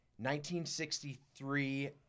1963